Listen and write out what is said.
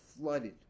flooded